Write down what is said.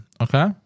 Okay